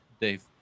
Dave